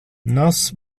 nos